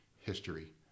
history